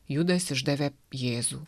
judas išdavė jėzų